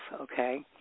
okay